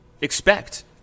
expect